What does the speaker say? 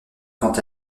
quant